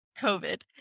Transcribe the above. COVID